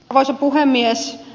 arvoisa puhemies